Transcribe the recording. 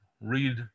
read